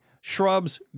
shrubs